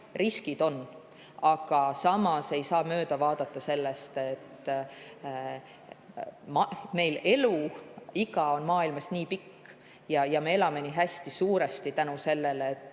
riskid on, aga samas ei saa mööda vaadata sellest, et eluiga on maailmas nii pikk ja me elame nii hästi suuresti tänu sellele, et